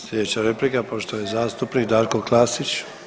Sljedeća replika poštovani zastupnik Darko Klasić.